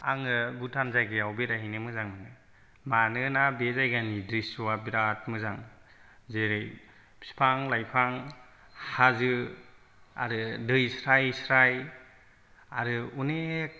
आंगो भुटान जायगायाव बेरायहैनो मोजां मोनो मानोना बे जायगानि द्रिस'आ बिरात मोजां जेरै फिफां लाइफां हाजो आरो दै स्राय स्राय आरो अनेक